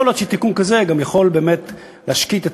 יכול להיות שתיקון כזה גם יכול להשקיט את